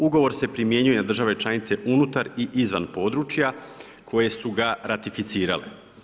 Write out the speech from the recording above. Ugovor se primjenjuje na države članice unutar i izvan područja koje su ga ratificirale.